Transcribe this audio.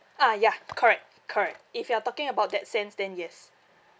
ah ya correct correct if you are talking about that sense then yes